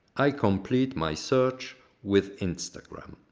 i complete my search with instagram.